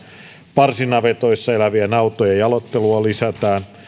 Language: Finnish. parsinavetoissa elävien nautojen jaloittelua lisätään